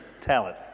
talent